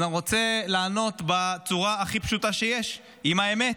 אני רוצה לענות בצורה הכי פשוטה שיש, עם האמת.